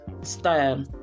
style